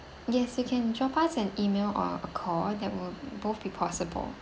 yes you can drop us an email or a call that would both be possible